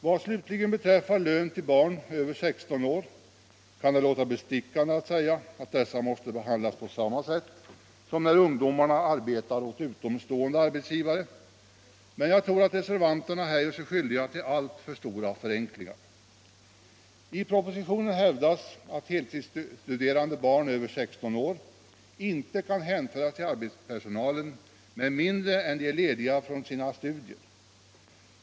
Vad slutligen beträffar lönen till barn över 16 år kan det låta bestickande att säga att dessa måste behandlas på samma sätt som när ungdomar arbetar åt utomstående arbetsgivare, men jag tror att reservanterna här gör sig skyldiga till alltför stora förenklingar. I propositionen hävdas att heltidsstuderande barn över 16 år inte kan hänföras till arbetspersonalen med mindre än att de är lediga från sina studier.